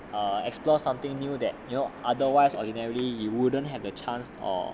err explore something new that you know otherwise or maybe you wouldn't have the chance or